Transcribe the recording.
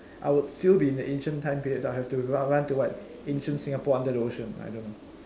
I would still be in the ancient time periods I'll have to run to what ancient Singapore under the ocean I don't know